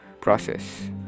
process